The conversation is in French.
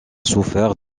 souffert